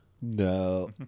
no